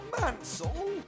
Mansell